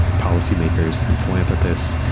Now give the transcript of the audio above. policymakers, and philanthropists,